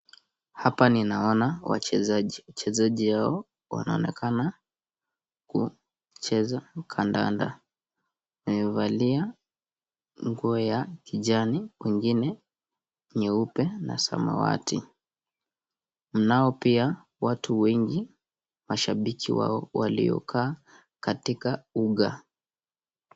Hapa ninaona wachezaji. Wachezaji hawa wanaonekana kuwa wanacheza kandanda, wamevalia nguo ya kijani mwingine nyeupe na samawati. Nao pia watu wengi mashabiki wao walio kaa katika uga.